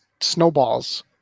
snowballs